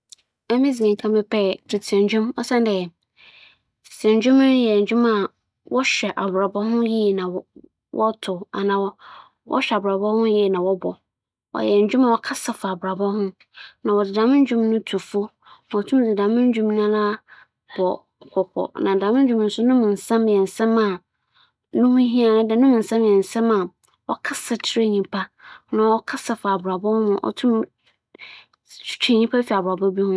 Mebetsie tsetse ndwom kyɛn ndɛ mber yi mu ndwom siantsir nye dɛ, tsetse ndwom no nna otu fo, ͻka asɛm kyerɛ ͻkra ara yie. Sɛ eretsie tsetse ndwom a asɛmpͻw a ͻdze to gua no, etse ase yie ma ͻboa dandan w'abrabͻ naaso ndɛ dze yi adan nsanku na dede nkotsee da mbrɛ woenyi biribi a wͻdze resaw ara kɛkɛ na nnyɛ dɛ wͻdze biribi roto gua ma asesa abrabͻ bi.